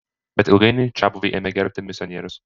bet ilgainiui čiabuviai ėmė gerbti misionierius